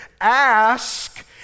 ask